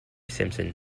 simpson